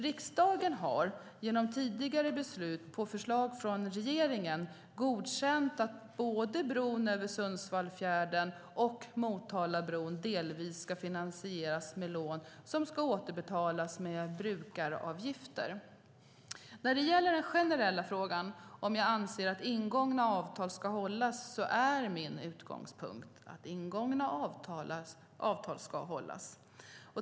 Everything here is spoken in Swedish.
Riksdagen har genom tidigare beslut på förslag från regeringen godkänt att både bron över Sundsvallsfjärden och Motalabron delvis ska finansieras med lån som ska återbetalas med brukaravgifter. När det gäller den generella frågan om jag anser att ingångna avtal ska hållas är min utgångspunkt att ingångna avtal ska hållas.